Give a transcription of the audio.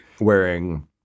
wearing